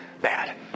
bad